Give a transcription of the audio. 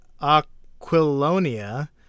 aquilonia